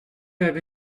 have